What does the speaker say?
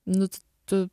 nu tu